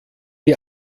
die